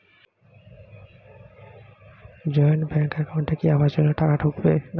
Joint bank একাউন্টে কি আবাস যোজনা টাকা ঢুকবে?